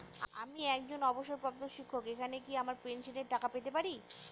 আমি একজন অবসরপ্রাপ্ত শিক্ষক এখানে কি আমার পেনশনের টাকা পেতে পারি?